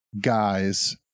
guys